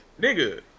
nigga